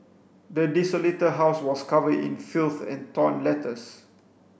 the desolated house was covered in filth and torn letters